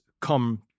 come